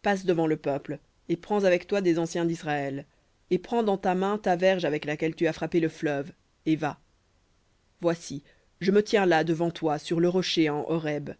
passe devant le peuple et prends avec toi des anciens d'israël et prends dans ta main ta verge avec laquelle tu as frappé le fleuve et va voici je me tiens là devant toi sur le rocher en horeb